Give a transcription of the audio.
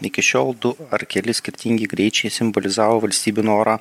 iki šiol du ar keli skirtingi greičiai simbolizavo valstybių norą